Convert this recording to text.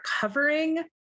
covering